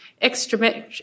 Extra